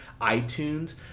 iTunes